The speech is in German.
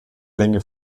länge